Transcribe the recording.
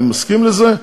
אני מסכים לזה,